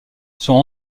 sont